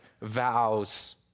vows